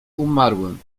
umarłym